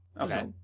Okay